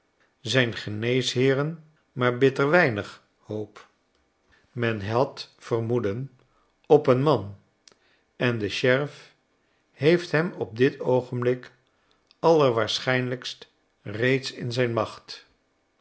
zijn geneesheeren maar bitter weinig hoop men had vermoeden op een man en de sheriff heeft hem op dit oogenblik allerwaarschijnlijkst reeds in zijn macht